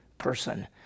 person